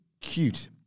cute